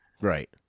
Right